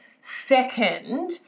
Second